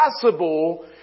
possible